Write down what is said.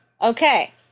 Okay